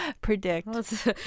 predict